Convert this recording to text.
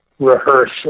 rehearse